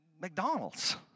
McDonald's